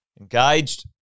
engaged